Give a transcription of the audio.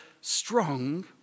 strong